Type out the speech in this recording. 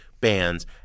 bands